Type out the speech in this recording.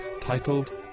titled